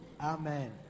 Amen